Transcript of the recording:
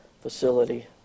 facility